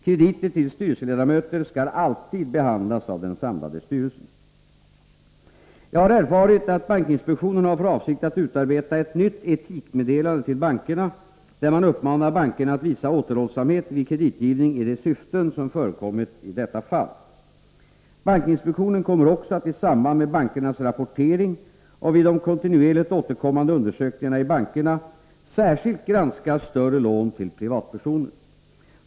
Krediter till styrelseledamöter skall alltid behandlas av den samlade styrelsen. Jag har erfarit att bankinspektionen har för avsikt att utarbeta ett nytt etikmeddelande till bankerna där man uppmanar bankerna att visa återhållsamhet vid kreditgivning i de syften som förekommit i detta fall. Bankinspektionen kommer också att i samband med bankernas rapportering och vid de kontinuerligt återkommande undersökningarna i bankerna särskilt granska större lån till privatpersoner.